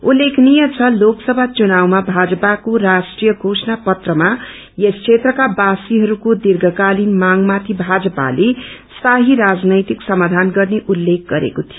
उल्लेखनीय छ लोकसभा चुनावमा भाजपाको राष्ट्रीय घोषणा पत्रमा यस क्षेत्रका वासीहरूको दीर्घकालीन मागमाथि भाजपाले स्थायी राजनैतिक समाधान गर्ने उल्लेख गरेको थियो